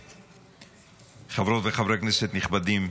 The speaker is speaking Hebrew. חברות וחברי כנסת נכבדים,